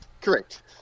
Correct